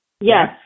Yes